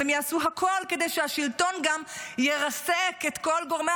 הם יעשו הכול כדי שהשלטון גם ירסק את כל גורמי